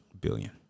billion